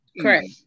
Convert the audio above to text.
Correct